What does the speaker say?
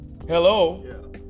Hello